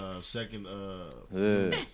second